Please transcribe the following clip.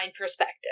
perspective